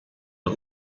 man